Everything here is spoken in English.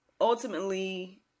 ultimately